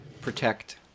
protect